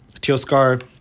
Tioscar